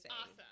awesome